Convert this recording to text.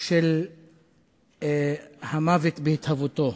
של המוות בהתהוותו.